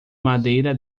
madeira